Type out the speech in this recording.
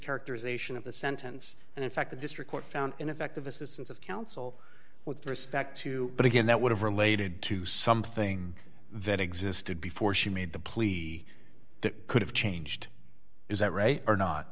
characterization of the sentence and in fact the district court found ineffective assistance of counsel with respect to but again that would have related to something that existed before she made the plea that could have changed is that right or not